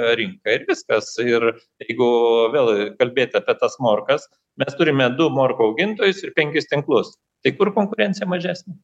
rinka ir viskas ir jeigu vėl kalbėt apie tas morkas mes turime du morkų augintojus ir penkis tinklus tai kur konkurencija mažesnė